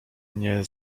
nie